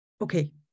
Okay